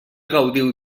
gaudiu